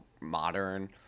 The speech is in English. modern